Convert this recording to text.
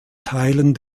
teilen